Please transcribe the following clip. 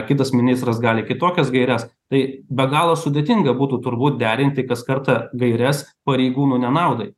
kitas ministras gali kitokias gaires tai be galo sudėtinga būtų turbūt derinti kas kartą gaires pareigūnų nenaudai